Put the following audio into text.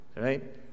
right